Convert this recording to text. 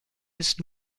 ist